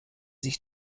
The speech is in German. sich